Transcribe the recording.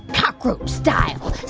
cockroach style.